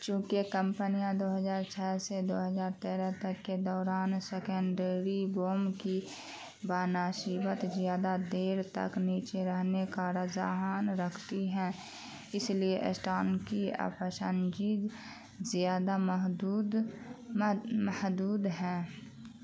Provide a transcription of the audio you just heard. چونکہ کمپنیاں دو ہزار چھ سے دو ہزار تیرہ تک کے دوران سیکنڈری بوم کی بہ نسبت زیادہ دیر تک نجی رہنے کا رجحان رکھتی ہیں اس لیے اسٹانکی زیادہ محدود محدود ہیں